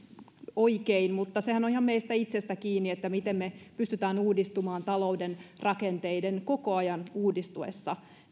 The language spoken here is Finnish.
oikein mutta sehän on ihan meistä itsestämme kiinni miten me pystymme uudistumaan talouden rakenteiden koko ajan uudistuessa